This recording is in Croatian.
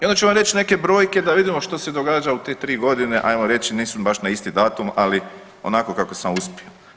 I onda ću vam reći neke brojke da vidimo što se događa u te tri godine hajmo reći nisu baš na isti datum, ali onako kako sam uspio.